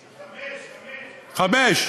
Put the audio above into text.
חמש, חמש.